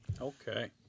Okay